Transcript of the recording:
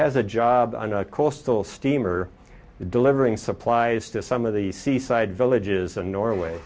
has a job on a coastal steamer delivering supplies to some of the seaside villages and norway